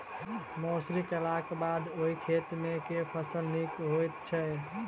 मसूरी केलाक बाद ओई खेत मे केँ फसल नीक होइत छै?